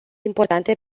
importante